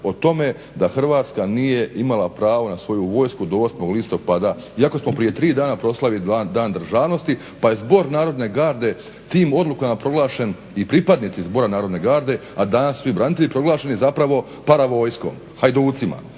o tome da Hrvatska nije imala pravo na svoju vojsku do 8. listopada. Iako smo prije 3 dana proslavili Dan državnosti pa je zbor Narodne garde tim odlukama proglašen i pripadnici zbora Narodne garde, a danas svi branitelji proglašeni zapravo paravojskom, hajducima.